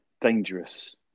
dangerous